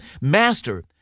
Master